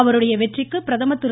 அவருடைய வெற்றிக்கு பிரதமா் திரு